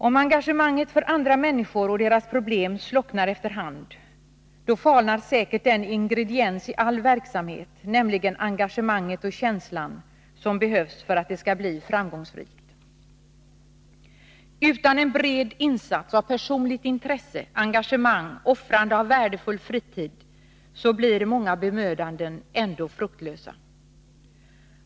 Om engagemanget för andra människor och deras problem slocknar efter hand, falnar säkert den ingrediens i all verksamhet, nämligen engagemanget och känslan, som behövs för att det skall bli framgångsrikt. Utan en bred insats av personligt intresse, engagemang och offrande av värdefull fritid blirmånga bemödanden ändå fruktlösa.